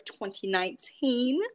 2019